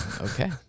Okay